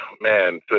man